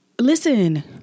Listen